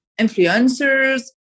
influencers